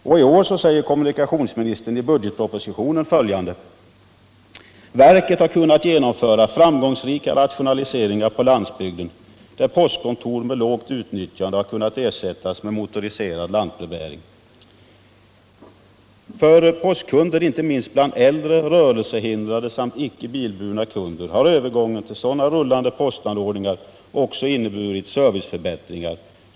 Och i år säger kommunikationsministern i budgetpropositionen att ”verket kunnat genomföra framgångsrika rationaliseringar på landsbygden där postkontor med lågt utnyttjande har kunnat ersättas med motoriserad lantbrevbäring. För många postkunder —- inte minst bland äldre, rörelsehindrade samt icke bilburna kunder — har övergången till sådana rullande postanordningar också inneburit serviceförbättringar.